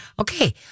Okay